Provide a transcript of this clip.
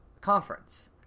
conference